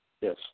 yes